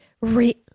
re-